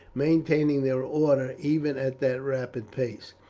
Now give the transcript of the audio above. maintaining their order even at that rapid pace.